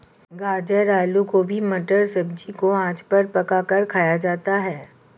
गाजर आलू गोभी मटर सब्जी को आँच पर पकाकर खाया जाता है